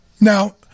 Now